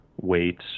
weights